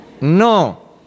No